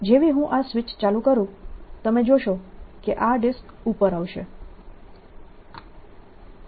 જેવી હું આ સ્વિચ ચાલુ કરું તમે જોશો કે આ ડિસ્ક ઉપર આવશે